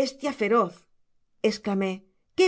bestia feroz esclame qué